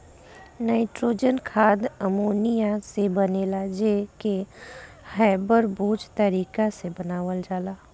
nitrogen खाद ammonia से बनेला जे के हैबर बोच तारिका से बनावल जाला